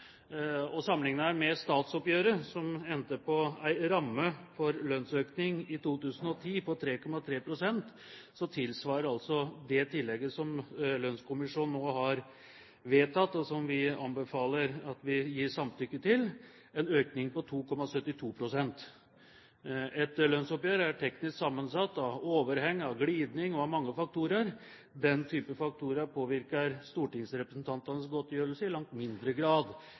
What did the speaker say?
Sammenligner man med statsoppgjøret, som endte med en ramme for lønnsøkning i 2010 på 3,3 pst., tilsvarer det tillegget som lønnskommisjonen nå har vedtatt, og som vi anbefaler at vi gir samtykke til, en økning på 2,72 pst. Et lønnsoppgjør er teknisk sammensatt, av overheng, glidning – av mange faktorer. Den type faktorer påvirker stortingsrepresentantenes godtgjørelse i langt mindre grad